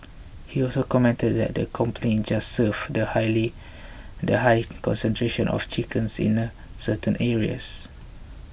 he also commented that the complaints just served to highly the high concentration of chickens in a certain areas